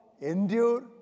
endure